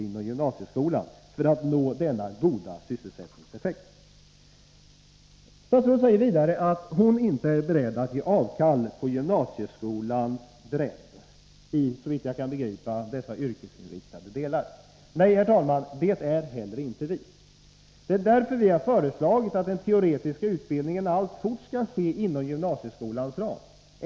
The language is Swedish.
Statsrådet säger vidare att hon inte är beredd att ge avkall på gymnasieskolans bredd i, såvitt jag förstår, dessa yrkesinriktade delar. Nej, herr talman, det är inte heller vi. Det är därför vi har föreslagit att den teoretiska utbildningen alltfort skall ske inom gymnasieskolans ram.